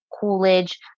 Coolidge